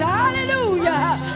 hallelujah